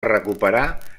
recuperar